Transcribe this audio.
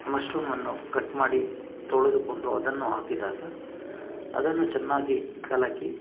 ಮಶ್ರೂಮನ್ನು cut ಮಾಡಿ ತೊಳೆದುಕೊಂಡು ಅದನ್ನು ಹಾಕಿದಾಗ ಅದನ್ನು ಚೆನ್ನಾಗಿ ಕಲಕಿ